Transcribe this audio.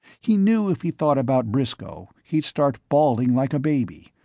he knew if he thought about briscoe, he'd start bawling like a baby,